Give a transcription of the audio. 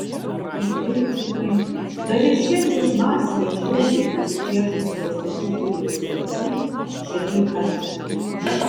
įtvirtinimai dar ir šiandien mąsliai žvelgiantys priešais nuo stačių upės krantų šitai atmena